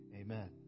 amen